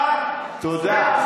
מה שחשוב זה שהשמאל כרגע מושפל, תודה.